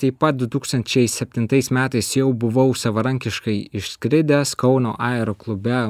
taip pat du tūkstančiai septintais metais jau buvau savarankiškai išskridęs kauno aeroklube